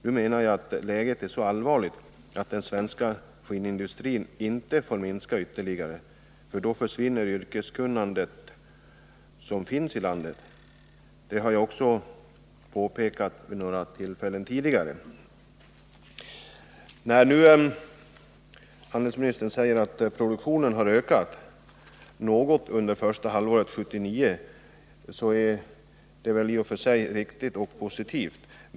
Jag anser att läget nu är så allvarligt att den svenska skinnindustrin inte får minska ytterligare. Då försvinner nämligen det yrkeskunnande som finns inom landet. Det har jag påpekat vid några tidigare tillfällen. När nu handelsministern säger att produktionen har ökat något under första halvåret 1979, så är det i och för sig riktigt och positivt.